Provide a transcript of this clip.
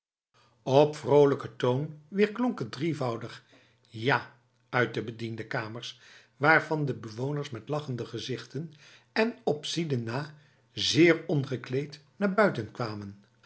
op vrolijke toon weerklonk een drievoudig ja uit de bediendenkamers waarvan de bewoners met lachende gezichten en op sidin na zeer ongekleed naar buiten kwamen